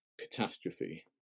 catastrophe